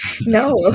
no